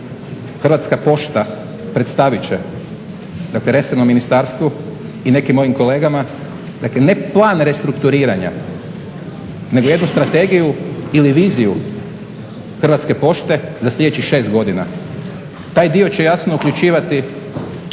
Hrvatska pošta predstavit će resornom ministarstvu i nekim mojim kolegama, dakle ne Plan restrukturiranja nego jednu strategiju ili viziju Hrvatske pošte za sljedećih 6 godina. Taj dio će jasno uključivati